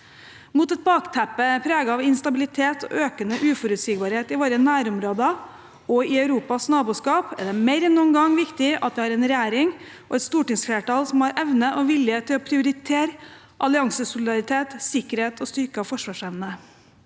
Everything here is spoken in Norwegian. Mot et bakteppe preget av instabilitet og økende uforutsigbarhet i våre nærområder og i Europas naboskap er det mer enn noen gang viktig at vi har en regjering og et stortingsflertall som har evne og vilje til å prioritere alliansesolidaritet, sikkerhet og styrket forsvarsevne.